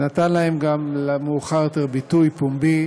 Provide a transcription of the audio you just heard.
ונתן להן מאוחר יותר ביטוי פומבי